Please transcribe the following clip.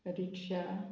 rickshaw